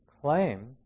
claim